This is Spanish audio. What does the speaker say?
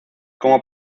como